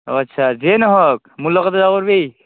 অঁ আচ্ছা যিয়েই নহওক মোৰ লগত যাব পাৰিবি